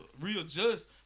readjust